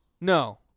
No